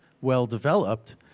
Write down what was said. well-developed